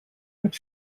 but